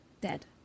dead